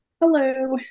Hello